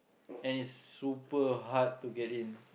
and it's super hard to get in